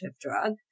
drug